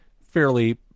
fairly